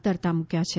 તરતા મુક્યા છે